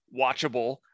watchable